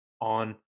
on